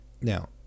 Now